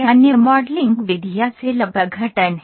अन्य मॉडलिंग विधियां सेल अपघटन हैं